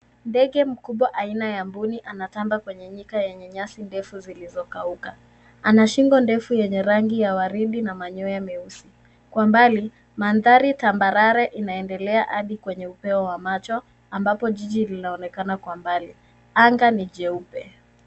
Ndege mkubwa aina ya mbuni anatamba kwenye nyika yenye nyasi ndefu zilizokauka. Ana shingo ndefu yenye rangi ya waridi na manyoya meusi. Kwa mbali, mandhari tambarare inaendelea hadi kwenye upeo wa macho ambapo jiji linaonekana kwa mbali. Anga ni jeupe.